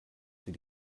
sie